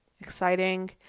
exciting